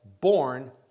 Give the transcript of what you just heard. born